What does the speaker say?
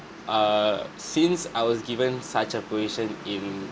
err since I was given such a position in